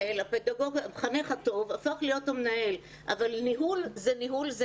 המחנך הטוב הפך להיות המנהל אבל ניהול זה ניהול,